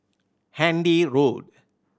Handy Road